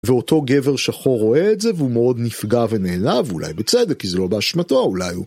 ואותו גבר שחור רואה את זה והוא מאוד נפגע ונעלב אולי בצדק כי זה לא באשמתו אולי הוא